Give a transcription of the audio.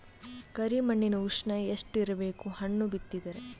ಕರಿ ಮಣ್ಣಿನ ಉಷ್ಣ ಎಷ್ಟ ಇರಬೇಕು ಹಣ್ಣು ಬಿತ್ತಿದರ?